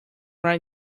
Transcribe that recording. right